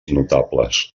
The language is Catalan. notables